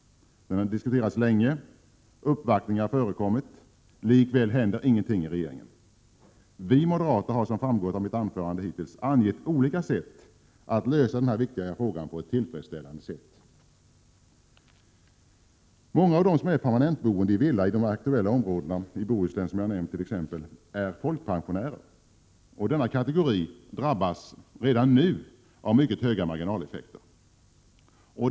Den har diskuterats länge. Uppvaktningar har förekommit. Likväl händer ingenting i regeringen. Vi moderater har, som framgått av mitt anförande, angett olika sätt att lösa den här viktiga frågan på ett tillfredsställande sätt. ” Många av dem som är permanentboende i villa i de aktuella områdena i bl.a. Bohuslän är folkpensionärer. Denna kategori drabbas redan nu av mycket höga marginaleffekter.